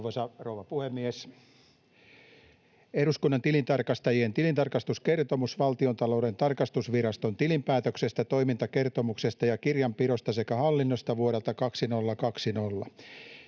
Eduskunnan tilintarkastajien tilintarkastuskertomus Valtiontalouden tarkastusviraston tilinpäätöksestä, toimintakertomuksesta ja kirjanpidosta sekä hallinnosta vuodelta 2020: